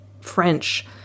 French